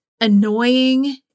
annoying